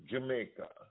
Jamaica